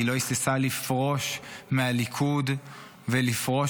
היא לא היססה לפרוש מהליכוד ולפרוש